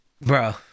Bro